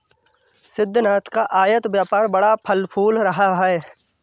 सिद्धिनाथ का आयत व्यापार बड़ा फल फूल रहा है